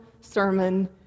sermon